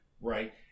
right